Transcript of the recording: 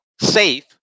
safe